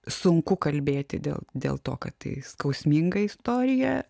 sunku kalbėti dėl dėl to kad tai skausminga istorija